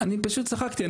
אני פשוט צחקתי,